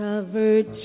Covered